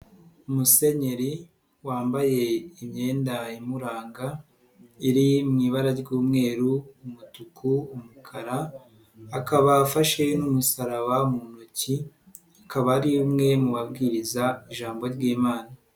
Musenyeri wambaye imyenda imuranga iri mu ibara ry'umweru, umutuku, umukara akaba afashe n'umusaraba mu ntoki, akaba ari umwe mu babwiriza ijambo ry'Imana.